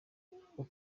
uko